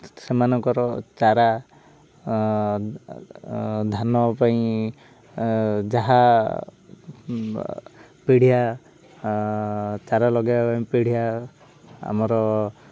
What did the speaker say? ସେମାନଙ୍କର ଚାରା ଧାନ ପାଇଁ ଯାହା ପିଡ଼ିଆ ଚାରା ଲଗାଇବା ପାଇଁ ପିଡ଼ିଆ ଆମର